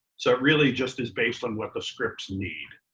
so it really just is based on what the scripts need,